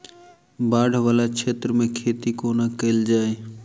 बाढ़ वला क्षेत्र मे खेती कोना कैल जाय?